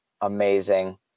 amazing